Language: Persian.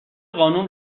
قانون